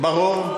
ברור.